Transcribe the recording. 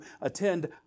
attend